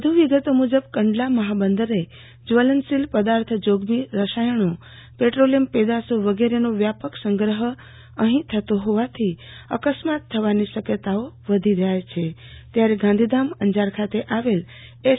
વધુ વિગતો મુજબ કંડલા મહાબંદરે જવલનશીલ પદાર્થ જોખમી રસાયણો પેટ્રોલીયમ પેદાશો વગેરેનો વ્યાપક સંગ્રહ અહીં થતો હોવાથી અકસ્માત થવાની શક્યતાઓ વધી જાય છે ત્યારે ગાંધીધામ અંજાર ખાતે આવેલ એસ